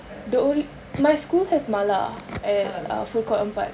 the only my school has mala at uh food court empat